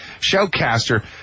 showcaster